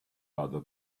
other